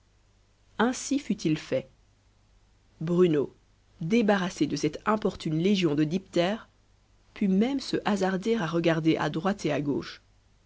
ainsi fut-il fait bruno débarrassé de cette importune légion de diptères put même se hasarder à regarder à droite et à gauche